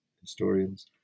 historians